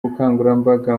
ubukangurambaga